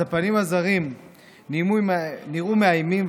הספנים הזרים נראו מאיימים,